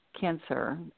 cancer